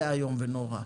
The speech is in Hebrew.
זה איום ונורא.